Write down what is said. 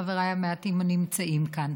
חברים, המעטים הנמצאים כאן,